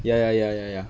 ya ya ya ya ya